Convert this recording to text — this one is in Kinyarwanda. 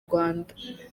rwanda